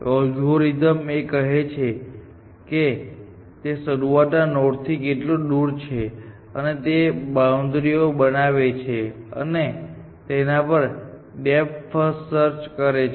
algorithm એ કહે છે કે તે શરૂઆતના નોડથી કેટલું દૂર છે અને તે બાઉન્ડ્રી ઓ બનાવે છે અને તેના પર ડેપ્થ ફર્સ્ટ સર્ચ કરે છે